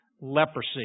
leprosy